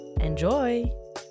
Enjoy